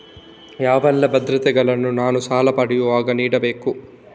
ಯಾವೆಲ್ಲ ಭದ್ರತೆಗಳನ್ನು ನಾನು ಸಾಲ ಪಡೆಯುವಾಗ ನೀಡಬೇಕು?